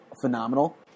phenomenal